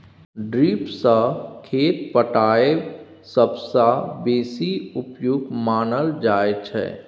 drip सँ खेत पटाएब सबसँ बेसी उपयुक्त मानल जाइ छै